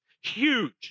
huge